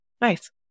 Nice